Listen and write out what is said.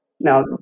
Now